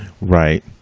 Right